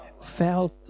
felt